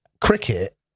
cricket